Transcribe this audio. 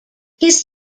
his